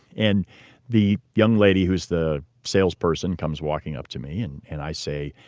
and the young lady who's the salesperson comes walking up to me and and i say,